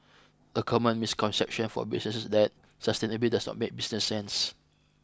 a common misconception for businesses is that sustainability does not make business sense